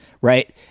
Right